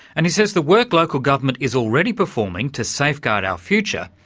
and he says the work local government is already performing to safeguard our future,